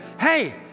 hey